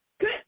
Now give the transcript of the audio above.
good